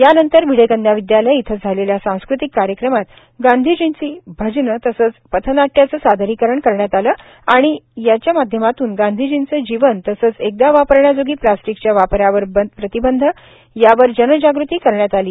यानंतर भीडे कन्या विद्यालय इथं झालेल्या सांस्कृतिक कार्यक्रमात गांधीजींची भजने तसंच पथनाट्याचं सादरीकरण करण्यात आलं आणि याच्या माध्यमातून गांधीजींचं जीवन तसंच एकदा वापरण्याजोगी प्लास्टीकच्या वापरावर प्रतिबंध यावर जनजागृती करण्यात आली